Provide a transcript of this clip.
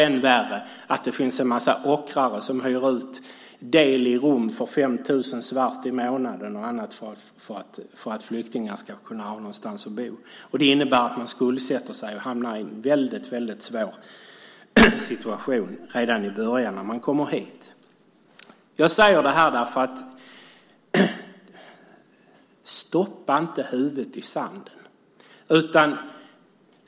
Än värre finns det en massa ockrare som hyr ut del i rum för 5 000 kronor svart i månaden för att flyktingar ska ha någonstans att bo. Det innebär att de skuldsätter sig och hamnar i en väldigt svår situation redan i början när de kommer hit. Stoppa inte huvudet i sanden!